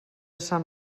sant